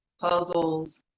puzzles